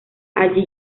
allí